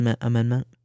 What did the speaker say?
amendment